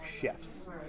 chefs